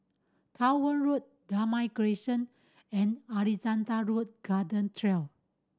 Truro Road Damai Crescent and Alexandra Road Garden Trail